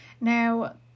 Now